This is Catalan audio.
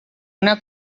una